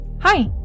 Hi